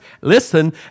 listen